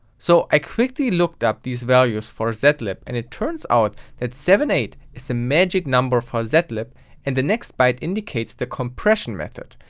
so i quickly looked up these values for zlib and it turns out that seventy eight is the magic number for zlib and the next byte indicates the compression method.